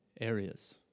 areas